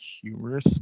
humorous